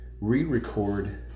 re-record